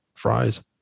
fries